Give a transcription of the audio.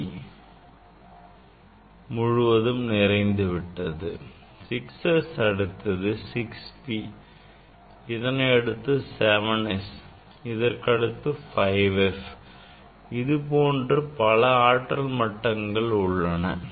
4f 5d முழுவதும் நிறைந்துவிட்டது 6s அடுத்து 6p இதனை அடுத்து 7s இதற்கடுத்து 5f இது போன்று பல ஆற்றல் மட்டங்கள் உள்ளன